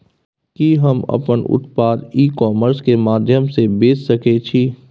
कि हम अपन उत्पाद ई कॉमर्स के माध्यम से बेच सकै छी?